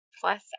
plus